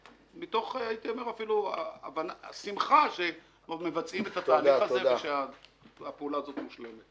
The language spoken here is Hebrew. מתוך שמחה שמבצעים את התהליך הזה ושהפעולה הזאת מושלמת.